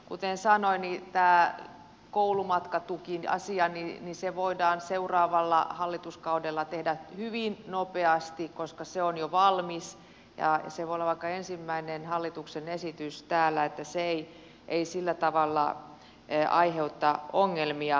kuten sanoin tämä koulumatkatukiasia voidaan seuraavalla hallituskaudella tehdä hyvin nopeasti koska se on jo valmis ja se voi olla vaikka ensimmäinen hallituksen esitys täällä niin että se ei sillä tavalla aiheuta ongelmia